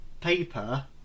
paper